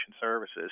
Services